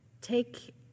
take